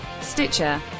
stitcher